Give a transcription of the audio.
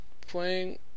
playing